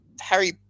Harry